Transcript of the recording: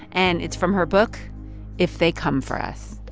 and it's from her book if they come for us.